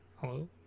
Hello